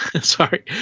Sorry